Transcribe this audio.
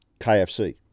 KFC